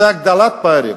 זאת הגדלת פערים.